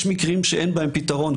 יש מקרים שאין בהם פתרון,